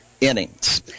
innings